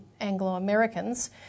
Anglo-Americans